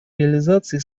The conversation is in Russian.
реализации